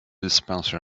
dispenser